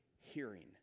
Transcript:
hearing